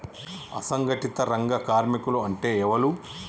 అసంఘటిత రంగ కార్మికులు అంటే ఎవలూ?